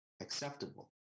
acceptable